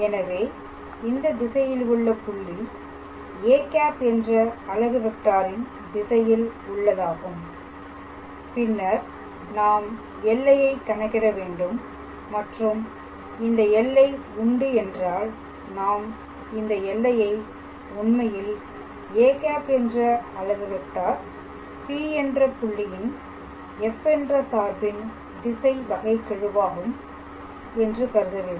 எனவே இந்த திசையில் உள்ள புள்ளி â என்ற அலகு வெக்டாரின் திசையில் உள்ளதாகும் பின்னர் நாம் எல்லையை கணக்கிட வேண்டும் மற்றும் இந்த எல்லை உண்டு என்றால் நாம் இந்த எல்லையை உண்மையில் â என்ற அலகு வெக்டார் P என்ற புள்ளியின் f என்ற சார்பின் திசை வகைக்கெழுவாகும் கருத வேண்டும்